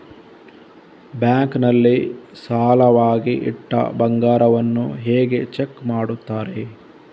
Bank ನಲ್ಲಿ ಸಾಲವಾಗಿ ಇಟ್ಟ ಬಂಗಾರವನ್ನು ಹೇಗೆ ಚೆಕ್ ಮಾಡುತ್ತಾರೆ?